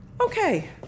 Okay